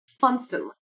constantly